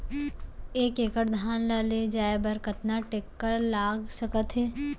एक एकड़ धान ल ले जाये बर कतना टेकटर लाग सकत हे?